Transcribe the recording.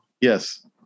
Yes